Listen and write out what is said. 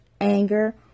anger